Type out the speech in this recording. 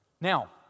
Now